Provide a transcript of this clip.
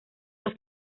los